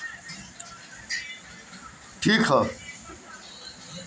stand up योजना में दस लाख से लेके एक करोड़ तकले पईसा देहल जात हवे